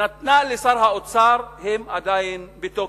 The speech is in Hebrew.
נתנה לשר האוצר הן עדיין בתוקף,